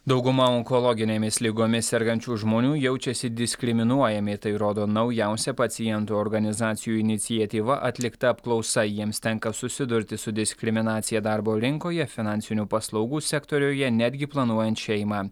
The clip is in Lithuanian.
dauguma onkologinėmis ligomis sergančių žmonių jaučiasi diskriminuojami tai rodo naujausia pacientų organizacijų iniciatyva atlikta apklausa jiems tenka susidurti su diskriminacija darbo rinkoje finansinių paslaugų sektoriuje netgi planuojant šeimą